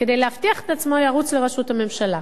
כדי להבטיח את עצמו ירוץ לראשות הממשלה.